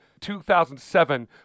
2007